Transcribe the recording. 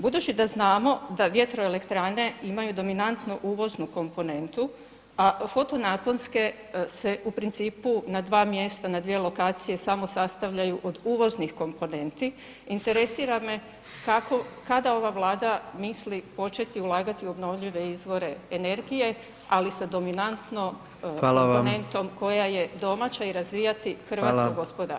Budući da znamo da vjetroelektrane imaju dominantnu uvoznu komponentu a foto-naponske se u principu na dva mjesta, na dvije lokacije samo sastavljaju od uvoznih komponenti, interesira me kada ova Vlada misli početi ulagati u obnovljive izvore energije ali sa dominantnom komponentom koja je domaća i razvijati hrvatsko gospodarstvo?